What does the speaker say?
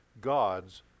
God's